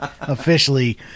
Officially